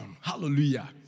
Hallelujah